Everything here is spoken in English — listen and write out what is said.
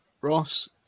Ross